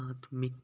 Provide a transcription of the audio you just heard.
ਅਕਾਦਮਿਕ